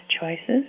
choices